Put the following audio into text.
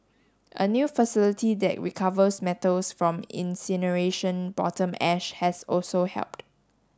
a new facility that recovers metals from incineration bottom ash has also helped